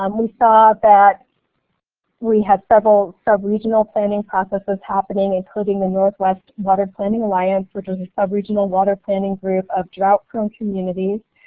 um we thought that we had several sub regional planning processes happening including the northwest water planning alliance which is a sub regional water planning group of drought prone communities.